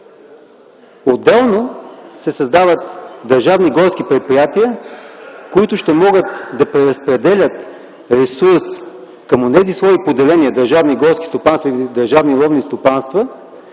Отделно се създават държавни горски предприятия, които ще могат да преразпределят ресурс към онези свои поделения – държавни горски стопанства и държавни ловни стопанства,